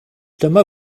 dyma